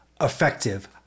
effective